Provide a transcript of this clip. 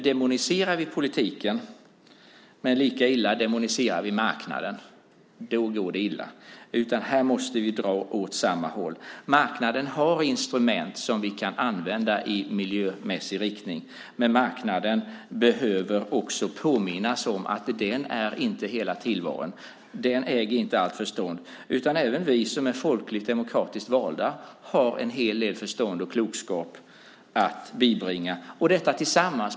Demoniserar vi politiken eller marknaden går det illa. Här måste vi dra åt samma håll. Marknaden har instrument som vi kan använda i miljömässig riktning, men marknaden behöver också påminnas om att den inte är hela tillvaron. Den äger inte allt förstånd, utan även vi som är folkligt demokratiskt valda har en hel del förstånd och klokskap att bibringa.